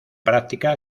práctica